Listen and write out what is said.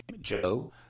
Joe